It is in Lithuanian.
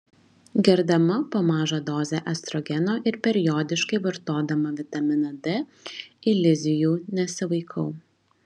gerdama po mažą dozę estrogeno ir periodiškai vartodama vitaminą d iliuzijų nesivaikau